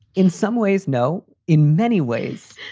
in some ways, no. in many ways,